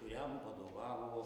kuriam vadovavo